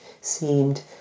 seemed